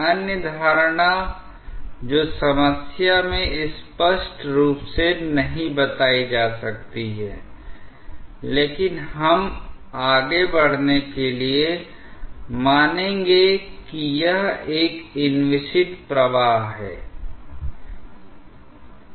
अन्य धारणा जो समस्या में स्पष्ट रूप से नहीं बताई जा सकती है लेकिन हम आगे बढ़ने के लिए मानेंगे कि यह एक इनविसिड प्रवाह है